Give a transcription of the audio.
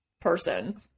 person